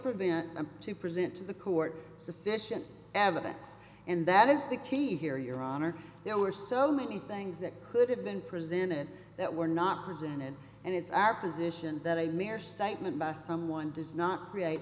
present to the court sufficient evidence and that is the key here your honor there were so many things that could have been presented that were not presented and it's our position that i may or statement by someone does not create